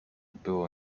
było